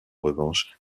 revanche